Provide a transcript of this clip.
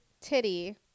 titty